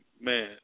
Man